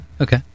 Okay